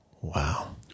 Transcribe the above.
Wow